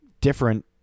different